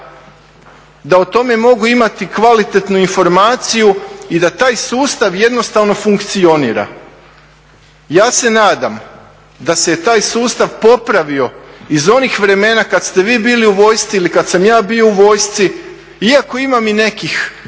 da o tome mogu imati kvalitetnu informaciju i da taj sustav jednostavno funkcionira. Ja se nadam da se je taj sustav popravio iz onih vremena kad ste vi bili u vojski ili kad sam ja bio u vojsci iako imam i nekih